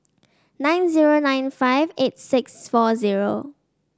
nine zero nine five eight six four zero